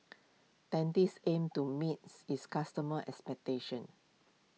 Dentiste aims to meets its customers' expectations